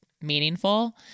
meaningful